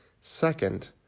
Second